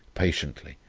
patiently,